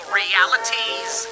realities